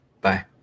Bye